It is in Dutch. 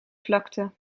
vlakte